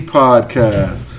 podcast